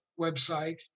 website